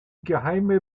geheime